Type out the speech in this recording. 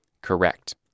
Correct